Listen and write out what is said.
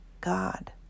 God